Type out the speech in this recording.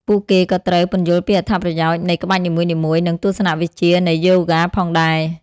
ពួកគេក៏ត្រូវ ពន្យល់ពីអត្ថប្រយោជន៍ នៃក្បាច់នីមួយៗ និងទស្សនវិជ្ជានៃយូហ្គាផងដែរ។